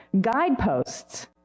guideposts